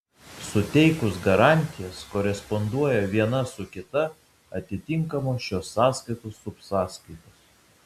suteikus garantijas koresponduoja viena su kita atitinkamos šios sąskaitos subsąskaitos